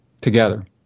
together